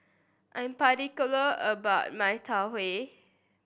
I'm particular about my Tau Huay